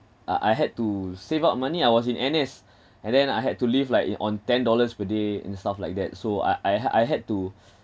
uh I had to save up money I was in N_S and then I had to live like in on ten dollars per day and stuff like that so uh I had I had to